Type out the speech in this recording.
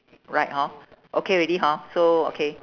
right hor okay already hor so okay